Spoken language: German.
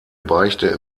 beichte